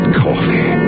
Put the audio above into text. coffee